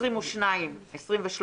23-22